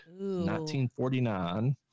1949